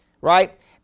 Right